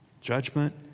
Judgment